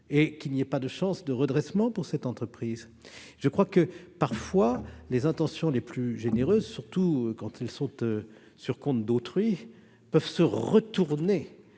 et qu'il n'y ait pas de chance de redressement pour cette entreprise. Parfois les intentions les plus généreuses, surtout quand elles sont sur le compte d'autrui, peuvent se retourner